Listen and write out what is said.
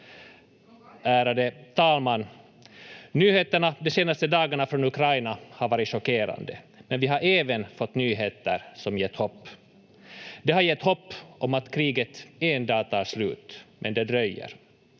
Ärade talman! Nyheterna de senaste dagarna från Ukraina har varit chockerande, men vi har även fått nyheter som gett hopp. De har gett hopp om att kriget en dag tar slut. Men det dröjer.